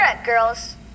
girls